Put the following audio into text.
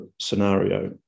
scenario